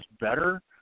better